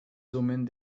summen